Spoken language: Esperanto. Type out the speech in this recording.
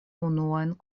unuajn